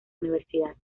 universidad